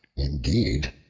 indeed,